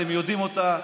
אתם יודעים אותה.